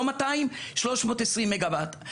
לא 200, 320 מגה וואט.